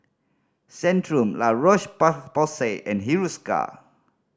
Centrum La Roche Porsay and Hiruscar